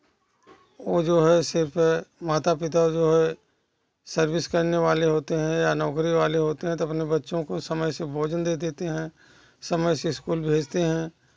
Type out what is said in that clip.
वह जो है सिर्फ़ माता पिता जो है सर्विस करने वाले होते हैं या नौकरी वाले होते हैं तो अपने बच्चों को समय से भोजन दे देते हैं समय से स्कूल भेजते हैं